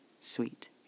Sweet